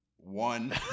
One